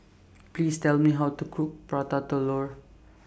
Please Tell Me How to Cook Prata Telur